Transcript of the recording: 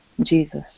Jesus